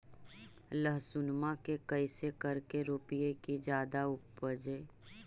लहसूनमा के कैसे करके रोपीय की जादा उपजई?